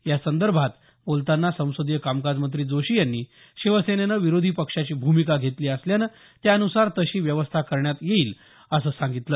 यासंदर्भात बोलतांना संसदीय कामकाज मंत्री जोशी यांनी शिवसेनेनं विरोधी पक्षाची भूमिका घेतली असल्यामुळे त्यानुसार तशी व्यवस्था करण्यात येईल असं सांगितलं